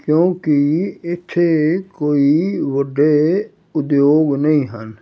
ਕਿਉਂਕਿ ਇੱਥੇ ਕੋਈ ਵੱਡੇ ਉਦਯੋਗ ਨਹੀਂ ਹਨ